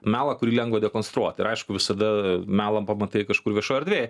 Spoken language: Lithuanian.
melą kurį lengva dekonstruot ir aišku visada melą pamatai kažkur viešoj erdvėj